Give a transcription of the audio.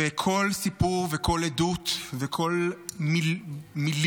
וכל סיפור וכל עדות וכל המילים,